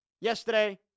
yesterday